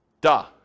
duh